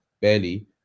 Barely